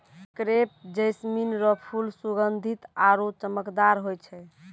crepe jasmine रो फूल सुगंधीत आरु चमकदार होय छै